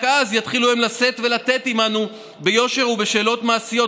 רק אז יתחילו הם לשאת ולתת עימנו ביושר ובשאלות מעשיות",